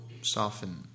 soften